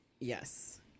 yes